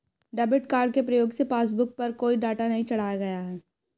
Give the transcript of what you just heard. debit card के प्रयोग से पासबुक पर कोई डाटा नहीं चढ़ाया गया है